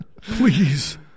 Please